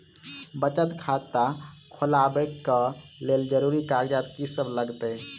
बचत खाता खोलाबै कऽ लेल जरूरी कागजात की सब लगतइ?